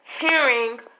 hearing